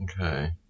Okay